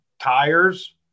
Tires